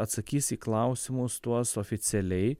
atsakysi į klausimus tuos oficialiai